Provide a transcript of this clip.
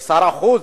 שר החוץ,